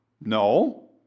No